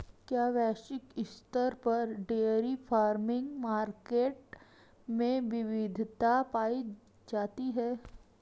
क्या वैश्विक स्तर पर डेयरी फार्मिंग मार्केट में विविधता पाई जाती है?